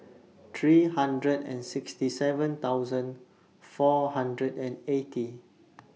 three hundred and sixty seven thousand four hundred and eighty